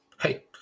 Hey